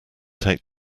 take